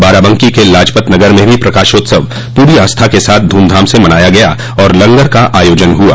बाराबंकी के लाजपतनगर में भी प्रकाशोत्सव पूरी आस्था के साथ धूमधाम से मनाया गया और लंगर का आयोजन हुआ